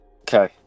Okay